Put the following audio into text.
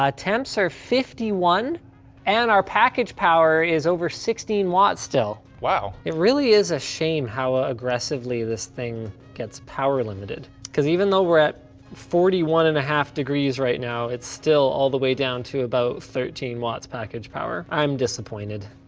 ah temps are fifty one and our package power is over sixteen watts still. it really is a shame how ah aggressively this thing gets power-limited. cause even though we're at forty one and a half degrees right now it's still all the way down to about thirteen watts package power. i'm disappointed.